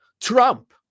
Trump